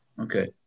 Okay